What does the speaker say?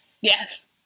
yes